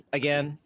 again